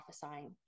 prophesying